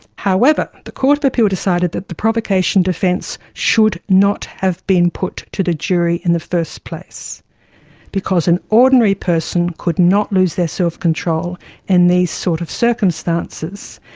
however, the court of appeal decided that the provocation defence should not have been put to the jury in the first place because an ordinary person could not lose their self-control in these sort of circumstances.